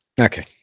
Okay